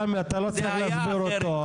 סמי, אתה לא צריך להסביר אותו.